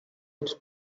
its